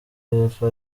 yepfo